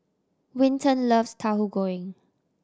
Winton loves Tahu Goreng